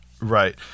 right